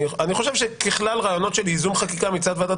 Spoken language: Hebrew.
אני חושב שככלל רעיונות של ייזום חקיקה מצד ועדת